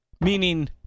meaning